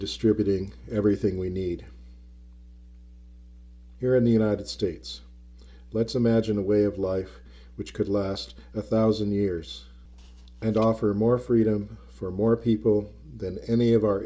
distributing everything we need here in the united states let's imagine a way of life which could last a one thousand years and offer more freedom for more people than any of our